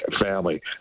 family